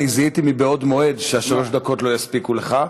אני זיהיתי מבעוד מועד ששלוש הדקות לא יספיקו לך,